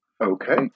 Okay